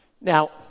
Now